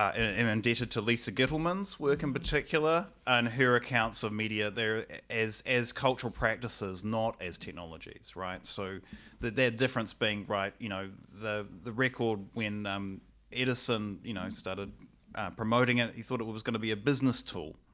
i mean indebted to lisa gitelman's work in particular and her accounts of media there as as cultural practices, not as technologies, right. so that their difference being right you know the the record when edison you know started promoting it you thought it was was going to be a business tool